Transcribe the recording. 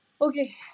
Okay